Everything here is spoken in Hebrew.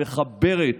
המחוברת,